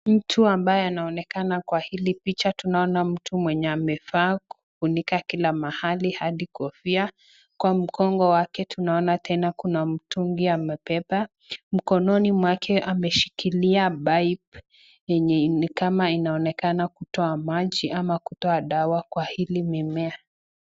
Mtu ambaye anaonekana kwa hili picha tunaona mtu mwenye amevaa kufunika kila mahali hadi kofia kwa mgongo wake tunaona Tena Kuna mtungi amebeba, mkononi mwake ameshikilia pipe yenye ni kama inaionekana kutoa maji au dawa kwa ili mimea.